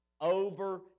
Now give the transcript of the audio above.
over